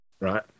right